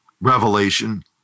revelation